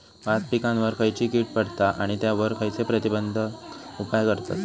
भात पिकांवर खैयची कीड पडता आणि त्यावर खैयचे प्रतिबंधक उपाय करतत?